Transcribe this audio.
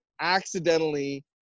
accidentally